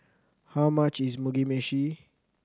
how much is Mugi Meshi